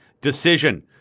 decision